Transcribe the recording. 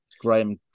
graham